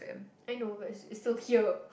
I know but it's it's still here